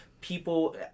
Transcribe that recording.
people